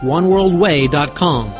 OneWorldWay.com